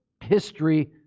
history